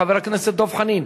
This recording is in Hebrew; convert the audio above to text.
חבר הכנסת דב חנין,